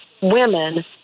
women